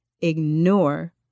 Ignore